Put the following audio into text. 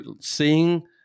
seeing